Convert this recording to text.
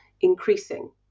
increasing